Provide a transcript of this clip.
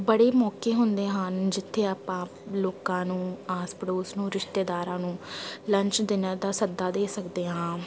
ਬੜੇ ਮੌਕੇ ਹੁੰਦੇ ਹਨ ਜਿੱਥੇ ਆਪਾਂ ਲੋਕਾਂ ਨੂੰ ਆਸ ਪੜੋਸ ਨੂੰ ਰਿਸ਼ਤੇਦਾਰਾਂ ਨੂੰ ਲੰਚ ਡਿਨਰ ਦਾ ਸੱਦਾ ਦੇ ਸਕਦੇ ਹਾਂ